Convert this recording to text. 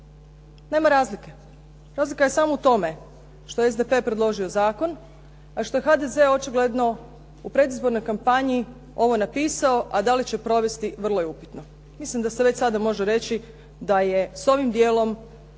Nema razlike. Razlika je samo u tome što je SDP predložio zakon, a što je HDZ očigledno u predizbornoj kampanji ovo napisao, a da li će provesti vrlo je upitno. Mislim da se već sada može reći da je sa ovim dijelom